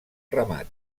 ramat